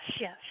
yes